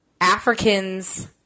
africans